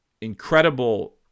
incredible